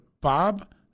Bob